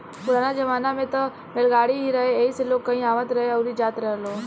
पुराना जमाना में त बैलगाड़ी ही रहे एही से लोग कहीं आवत रहे अउरी जात रहेलो